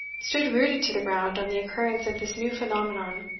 stood rooted to the ground on the occurrence of this new phenomenon.